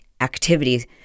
activities